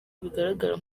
bigaragara